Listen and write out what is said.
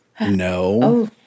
no